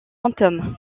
fantôme